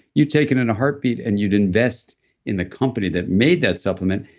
you'd take it in a heartbeat and you'd invest in the company that made that supplement.